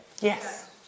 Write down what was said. Yes